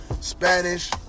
Spanish